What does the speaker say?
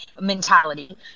Mentality